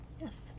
Yes